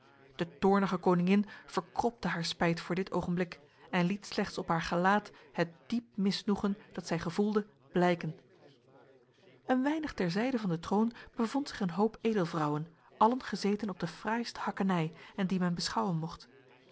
de toornige koningin verkropte haar spijt voor dit ogenblik en liet slechts op haar gelaat het diep misnoegen dat zij gevoelde blijken een weinig terzijde van de troon bevond zich een hoop edelvrouwen allen gezeten op de fraaiste hakkenij en die men beschouwen mocht